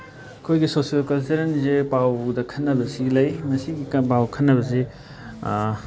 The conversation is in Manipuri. ꯑꯩꯈꯣꯏꯒꯤ ꯁꯣꯁꯦꯜ ꯀꯜꯆꯔꯦꯜꯁꯦ ꯄꯥꯎꯗ ꯈꯟꯅꯕꯁꯤ ꯂꯩ ꯃꯁꯤꯒꯤ ꯄꯥꯎ ꯈꯟꯅꯕꯁꯤ